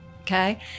okay